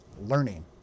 learning